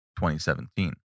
2017